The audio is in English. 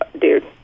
dude